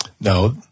No